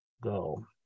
go